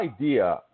idea